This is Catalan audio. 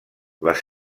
les